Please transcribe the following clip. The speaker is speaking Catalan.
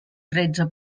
tretze